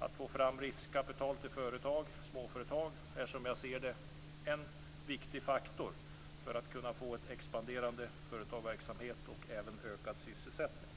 Att få fram riskkapital till småföretag är, som jag ser det, en viktig faktor för att kunna få en expanderande företagsverksamhet och även ökad sysselsättning.